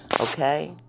okay